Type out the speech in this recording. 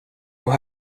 och